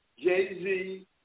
Jay-Z